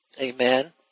Amen